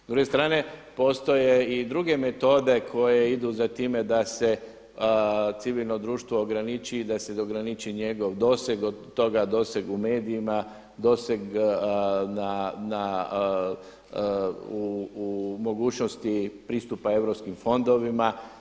S druge strane postoje i druge metode koje idu za time da se civilno društvo ograniči i da se ograniči njegov doseg od toga doseg u medijima, doseg u mogućnosti pristupa europskim fondovima.